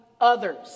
others